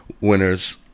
winners